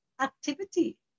activity